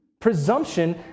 presumption